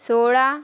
सोळा